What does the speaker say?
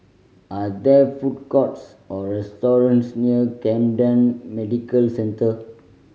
are there food courts or restaurants near Camden Medical Centre